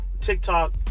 TikTok